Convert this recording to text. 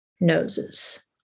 noses